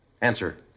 Answer